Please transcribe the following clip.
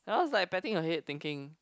I was like patting her head thinking